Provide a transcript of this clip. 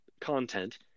content